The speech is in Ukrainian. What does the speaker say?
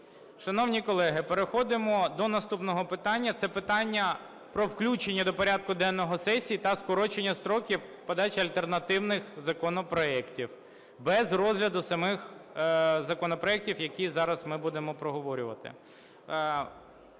Шановні колеги, переходимо до наступного питання. Це питання про включення до порядку денного сесії та скорочення строків подачі альтернативних законопроектів без розгляду самих законопроектів, які зараз ми будемо проговорювати.